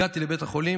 הגעתי לבית חולים